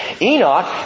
Enoch